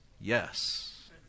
yes